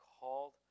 called